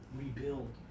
rebuild